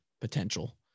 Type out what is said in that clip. potential